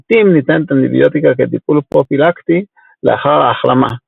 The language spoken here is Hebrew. לעיתים ניתנת אנטיביוטיקה כטיפול פרופילקטי לאחר ההחלמה,